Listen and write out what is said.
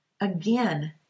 Again